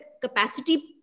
capacity